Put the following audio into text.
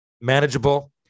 manageable